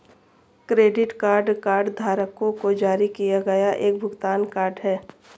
credit card कार्डधारकों को जारी किया गया एक भुगतान कार्ड है